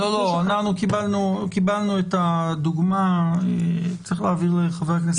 קיבלנו את הדוגמה, צריך להעביר לחבר הכנסת בגין.